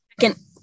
second